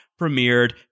premiered